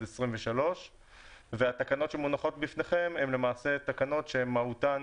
2023. והתקנות שמונחות בפניכם הן למעשה תקנות שמהותן